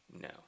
No